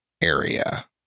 area